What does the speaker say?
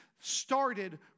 started